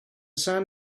sand